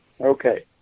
Okay